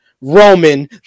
Roman